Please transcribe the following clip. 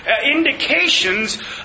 indications